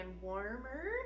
warmer